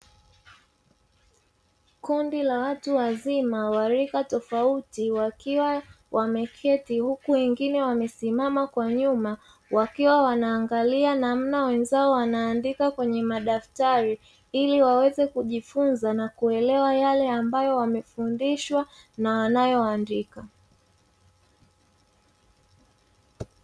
Kundi la watu wazima wa rika tofauti wakiwa wameketi, huku wengine wamesimama kwa nyuma wakiwa wanaangalia namna wenzao wanandika kwenye madaftari, ili wawze kujifunza na kuelewa yale ambayo wamefundishwa , na wanayo andika.